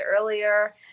earlier